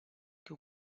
que